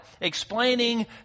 explaining